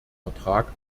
vertrag